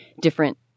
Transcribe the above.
different